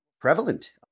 prevalent